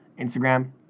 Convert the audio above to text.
Instagram